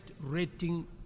rating